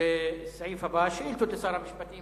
לסעיף הבא, שאילתות לשר המשפטים.